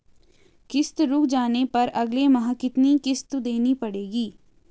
किश्त रुक जाने पर अगले माह कितनी किश्त देनी पड़ेगी?